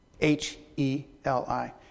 H-E-L-I